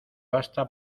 basta